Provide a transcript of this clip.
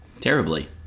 Terribly